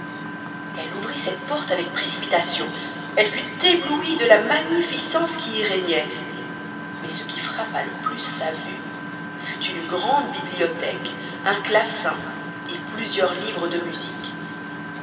elle ouvrit cette porte avec précipitation et elle fut éblouie de la magnificence qui y régnait mais ce qui frappa le plus sa vue fut une grande bibliothèque un clavecin et plusieurs livres de musique